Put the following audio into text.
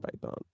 python